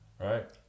right